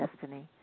destiny